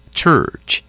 church